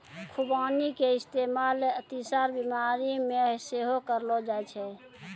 खुबानी के इस्तेमाल अतिसार बिमारी मे सेहो करलो जाय छै